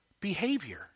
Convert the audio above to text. behavior